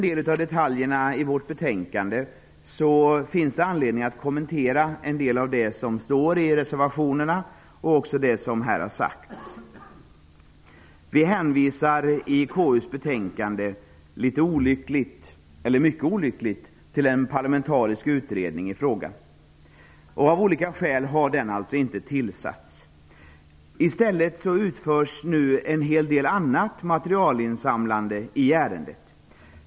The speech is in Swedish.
Det finns också anledning att kommentera en del av det som står i reservationerna och även det som här har sagts. I KU:s betänkande hänvisar vi, olyckligt nog, till en parlamentarisk utredning i frågan. Av olika skäl har den inte tillsatts. I stället utförs nu en hel del annat materialinsamlande i ärendet.